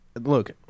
look